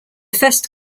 first